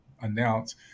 announce